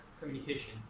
communication